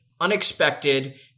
unexpected